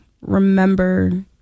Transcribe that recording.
remember